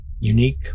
unique